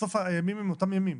בסוף הימים הם אותם ימים.